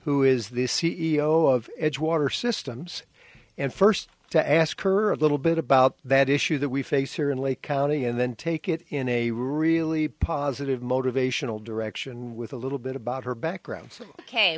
who is the c e o of edgewater systems and first to ask her a little bit about that issue that we face here in lake county and then take it in a really positive motivational direction with a little bit about her background ok